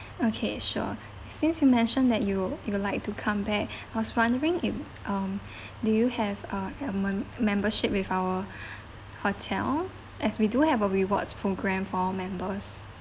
okay sure since you mentioned that you you would like to come back I was wondering it um do you have uh a member membership with our hotel as we do have a rewards programme for members